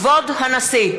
כבוד הנשיא!